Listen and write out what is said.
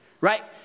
Right